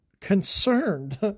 concerned